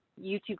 YouTube